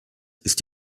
ist